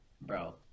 bro